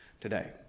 today